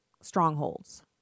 strongholds